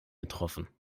getroffen